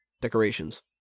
decorations